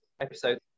episode